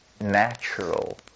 natural